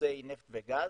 בחיפושי נפט וגז,